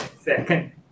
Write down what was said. Second